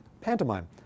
pantomime